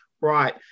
Right